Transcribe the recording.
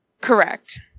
Correct